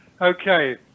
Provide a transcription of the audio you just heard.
Okay